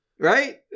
Right